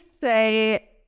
say